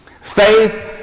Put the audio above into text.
Faith